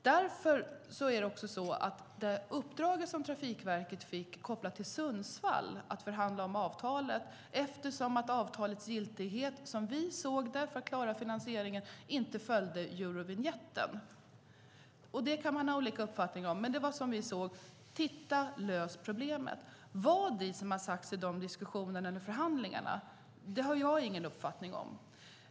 Trafikverket fick uppdraget att förhandla om avtalet, kopplat till Sundsvall, eftersom avtalets giltighet för att klara finansieringen som vi såg det inte följde Eurovinjetten. Det kan man ha olika uppfattning om, men det var så vi såg det: Titta på det och lös problemet! Vad som sedan har sagts i de diskussionerna eller förhandlingarna har jag ingen uppfattning om.